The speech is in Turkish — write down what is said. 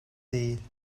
değil